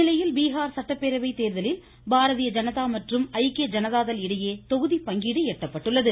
இந்நிலையில் பீகார் சட்டப்பேரவை தேர்தலில் பாரதிய ஜனதா மற்றும் ஐக்கிய ஜனதாதள் இடையே தொகுதி பங்கீடு எட்டப்பட்டுள்ளது